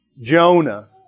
Jonah